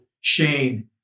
Shane